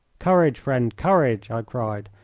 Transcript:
courage, friend, courage! i cried.